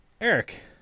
Eric